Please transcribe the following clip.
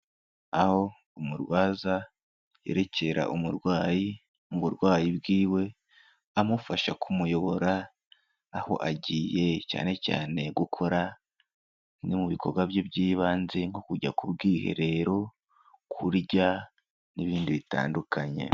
Aho umurwaza yerekera umurwayi mu burwayi bw'iwe, amufasha kumuyobora aho agiye, cyane cyane gukora bimwe mu bikorwa bye by'ibanze, nko kujya ku bwiherero, kurya n'ibindi bitandukanye.